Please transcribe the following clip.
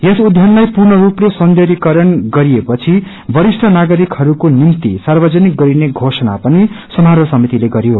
यस उध्यानलाई पूर्णस्पले सौन्दयीकरण गरिएपछि वरिष्ठ नागरिक हस्को निम्ति सार्वजनिक गरिने घोषणा पनि सामारोह समितिले गरयो